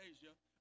Asia